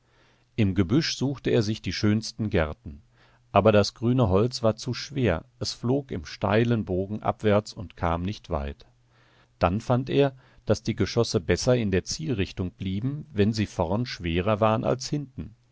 im gebüsch suchte er sich die schönsten gerten aber das grüne holz war zu schwer es flog in steilem bogen abwärts und kam nicht weit dann fand er daß die geschosse besser in der zielrichtung blieben wenn sie vorn schwerer waren als hinten